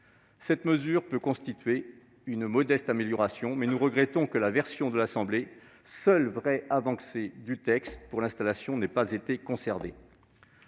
Cette mesure peut constituer une modeste amélioration, mais nous regrettons que la version de l'Assemblée nationale, seule véritable avancée du texte pour l'installation, n'ait pas été conservée.